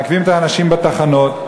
מעכבים את האנשים בתחנות.